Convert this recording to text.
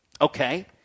Okay